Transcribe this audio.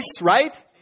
right